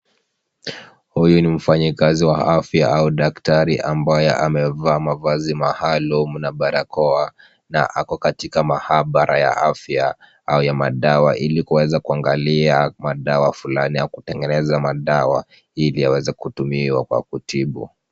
Huyu ni mfanyikazi wa afya au daktari ambaye amevaa mavazi maalum na barakoa na ako katika maabara ya afya au ya madawa ili kuweza kuangalia madawa fulani au kutengeneza madawa ili yaweze kutumiwa kwa kutibu.